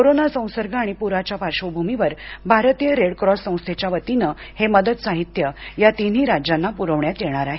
corona संसर्ग आणि प्राच्या पार्श्वभूमीवर भारतीय रेड क्रोस संस्थेच्या वतीन हे मदत साहित्य या तीनही राज्यांना पुरवण्यात येणार आहे